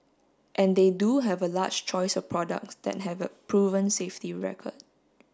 and they do have a large choice of products that have a proven safety record